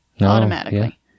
automatically